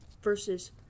Versus